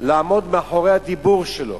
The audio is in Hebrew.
לעמוד מאחורי הדיבור שלו